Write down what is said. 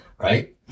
Right